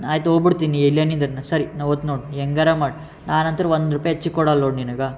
ಆಯ್ತು ಹೋಗ್ಬಿಡ್ತೀನಿ ನೀನು ಇಲ್ಲಿಯೇ ನಿಂದಿರೆ ಸರಿ ನಾನು ಹೋಗ್ತೀನಿ ನೋಡಿ ನೀನು ಹೆಂಗಾರ ಮಾಡಿ ನಾನು ಅಂತೂ ಒಂದು ರೂಪಾಯಿ ಹೆಚ್ಚಿಗೆ ಕೊಡಲ್ಲ ನೋಡು ನಿನಗೆ